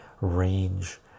range